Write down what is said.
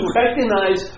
recognize